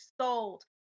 sold